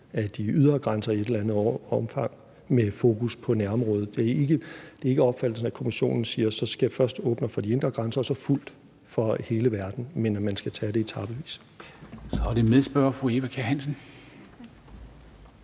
af de ydre grænser i et eller andet omfang med fokus på nærområdet. Det er ikke opfattelsen, at Kommissionen siger, at der først skal åbnes for de indre grænser og så fuldt for hele verden, men at man skal tage det etapevis. Kl. 14:08 Formanden